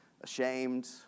ashamed